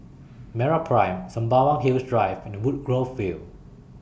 Meraprime Sembawang Hills Drive and Woodgrove View